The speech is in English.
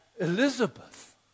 Elizabeth